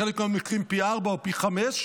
בחלק מהמקרים פי-ארבעה או פי-חמישה,